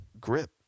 grip